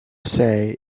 say